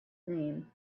name